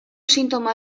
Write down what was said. sintoma